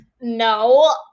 no